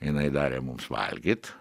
jinai darė mums valgyt